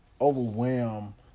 overwhelm